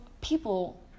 people